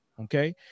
okay